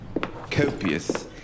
Copious